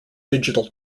digital